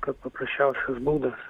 kad paprasčiausias būdas